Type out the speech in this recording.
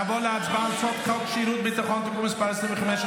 נעבור להצבעה על הצעת חוק שירות ביטחון (תיקון מס' 25,